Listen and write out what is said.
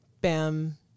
bam